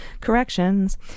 corrections